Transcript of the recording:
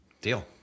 Deal